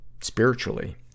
spiritually